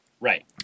Right